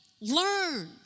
Learn